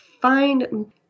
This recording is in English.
find